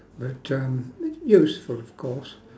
but um useful of course